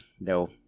No